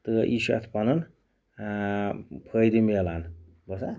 تہٕ یہِ چھُ اَتھ پَنُن فٲیِدٕ مِلان